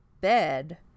bed